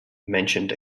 mentioned